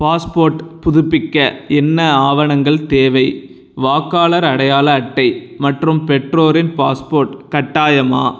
passport புதுப்பிக்க என்ன ஆவணங்கள் தேவை வாக்காளர் அடையாள அட்டை மற்றும் பெற்றோரின் பாஸ்போர்ட் கட்டாயமா